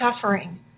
suffering